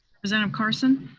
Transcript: representative carson?